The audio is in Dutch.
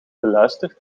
beluisterd